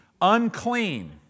unclean